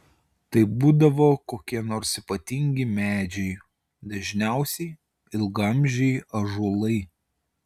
tai būdavo kokie nors ypatingi medžiai dažniausiai ilgaamžiai ąžuolai